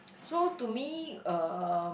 so to me uh